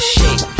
Shake